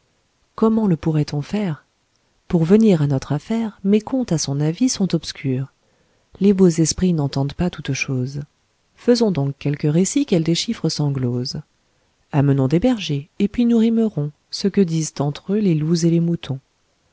comment le pourrait-on faire pour venir à notre affaire mes contes à son avis sont obscurs les beaux esprits n'entendent pas toute chose faisons donc quelques récits qu'elle déchiffre sans glose amenons des bergers et puis nous rimerons ce que disent entre eux les loups et les moutons